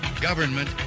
Government